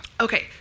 Okay